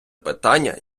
питання